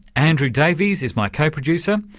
andrew davies is my co-producer.